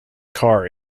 car